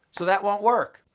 so that won't work.